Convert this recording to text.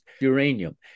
uranium